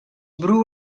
bru